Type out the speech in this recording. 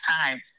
time